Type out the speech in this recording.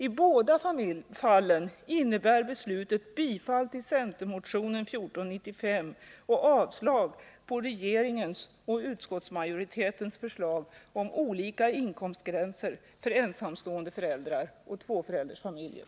I båda fallen innebär beslutet bifall till centermotionen 1495 och avslag på regeringens och utskottsmajoritetens förslag om olika inkomstgränser för ensamstående föräldrar och tvåföräldersfamiljer.